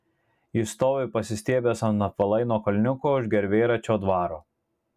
jis stovi pasistiebęs ant apvalaino kalniuko už gervėračio dvaro